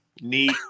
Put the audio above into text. Neat